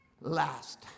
last